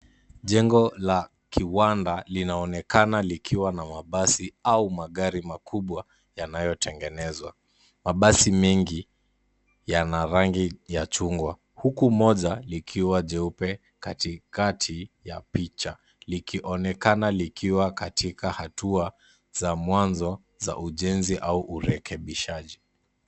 Jengo la kiwanda linaonekana likiwa na mabasi au magari makubwa yanayotengenezwa. Mabasi mengi, yana rangi ya chungwa. Huku moja likiwa jeupe katikati ya picha, likionekana likiwa katika hatua za mwanzo za ujenzi au urekebishaji.